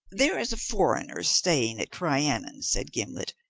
there is a foreigner staying at crianan, said gimblet,